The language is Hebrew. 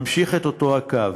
ממשיך את אותו הקו.